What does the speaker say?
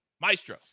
Maestro